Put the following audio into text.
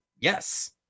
Yes